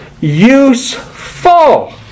useful